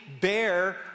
bear